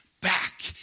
back